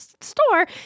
store